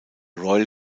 royal